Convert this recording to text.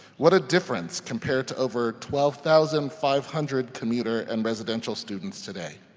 what a difference compared to over twelve thousand five hundred commuter and residential students today.